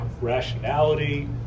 rationality